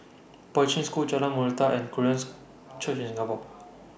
Poi Ching School Jalan and Koreans Church in Singapore